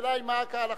השאלה היא מה ההלכה.